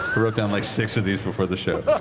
wrote down like six of these before the show. but